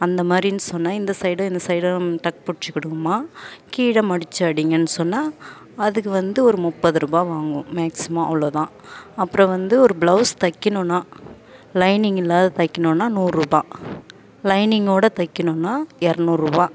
அந்த மாதிரின்னு சொன்னால் இந்த சைடும் இந்த சைடும் டக் பிடிச்சி கொடுங்கம்மா கீழே மடித்து அடிங்கன்னு சொன்னால் அதுக்கு வந்து ஒரு முப்பதுரூபாய் வாங்குவோம் மேக்ஸிமம் அவ்வளோதான் அப்புறம் வந்து ஒரு ப்ளவுஸ் தைக்கணும்னா லைனிங் இல்லாது தைக்கணும்னா நூறுபாய் லைனிங்கோடு தைக்கணும்னா இரநூறுவா